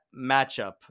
matchup